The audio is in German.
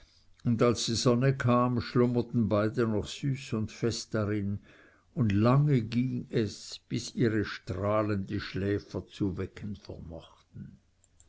und als die sonne kam schlummerten beide noch süß und fest darin und lange ging es bis ihre strahlen die schläfer zu wecken vermochten